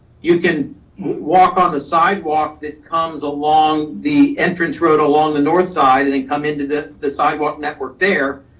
you can walk on the sidewalk that comes along the entrance road, along the north side, and then come into the the sidewalk network there.